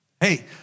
Hey